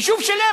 יישוב שלם,